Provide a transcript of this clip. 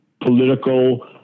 political